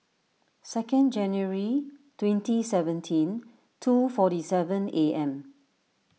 sencond January twenty seventeen two forty seven A M